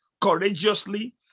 courageously